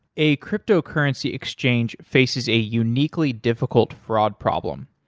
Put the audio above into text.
a cryptocurrency exchange faces a uniquely difficult fraud problem.